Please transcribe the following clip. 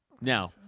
Now